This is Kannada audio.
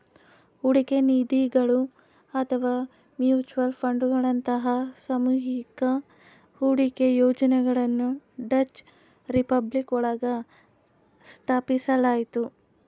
ಹೂಡಿಕೆ ನಿಧಿಗಳು ಅಥವಾ ಮ್ಯೂಚುಯಲ್ ಫಂಡ್ಗಳಂತಹ ಸಾಮೂಹಿಕ ಹೂಡಿಕೆ ಯೋಜನೆಗಳನ್ನ ಡಚ್ ರಿಪಬ್ಲಿಕ್ ಒಳಗ ಸ್ಥಾಪಿಸಲಾಯ್ತು